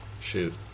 Shoot